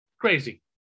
crazy